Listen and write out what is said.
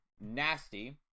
nasty